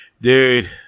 dude